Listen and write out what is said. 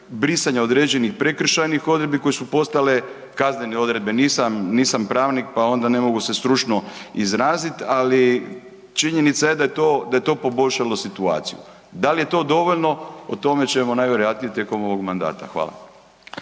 brisanje određenih prekršajnih odredbi koje su postale kaznene odredbe. Nisam, nisam pravnik, pa onda ne mogu se stručno izrazit, ali činjenica je da je to, da je to poboljšalo situaciju. Da li je to dovoljno o tome ćemo najvjerojatnije tijekom ovog mandata. Hvala.